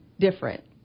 Different